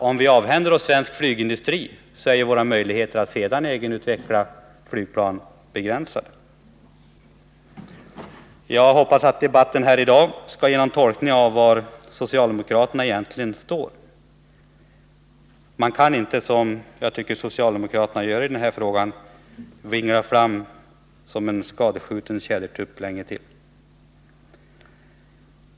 Om vi avhänder oss svensk flygindustri kommer våra möjligheter att senare själva utveckla flygplan att vara begränsade. Jag hoppas att debatten här i dag skall säga oss något om var socialdemokraterna egentligen står. Man kan inte, som jag tycker att socialdemokraterna gör i den här frågan, fortsätta att vingla fram som en skadskjuten tjädertupp.